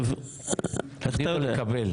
איך אתה יודע?